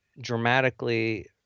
dramatically